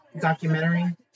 documentary